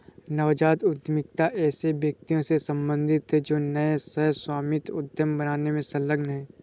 नवजात उद्यमिता ऐसे व्यक्तियों से सम्बंधित है जो नए सह स्वामित्व उद्यम बनाने में संलग्न हैं